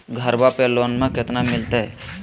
घरबा पे लोनमा कतना मिलते?